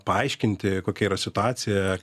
paaiškinti kokia yra situacija